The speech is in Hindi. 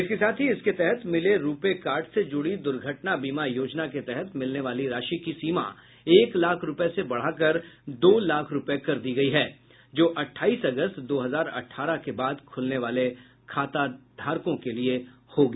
इसके साथ ही इसके तहत मिले रुपे कार्ड से जुड़ी दुर्घटना बीमा योजना के तहत मिलने वाली राशि की सीमा एक लाख रुपये से बढ़ाकर दो लाख रुपये कर दिया गया है जो अठाईस अगस्त दो हजार अठारह के बाद खुलने वालों खाताधारकों के लिए होगा